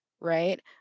right